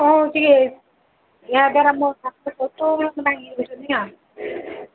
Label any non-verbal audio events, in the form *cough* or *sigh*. ହଁ ଟିକେ *unintelligible*